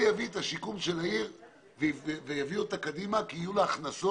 זה יביא את השיקום של העיר ויביא אותה קדימה כי יהיו לה הכנסות